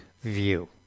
view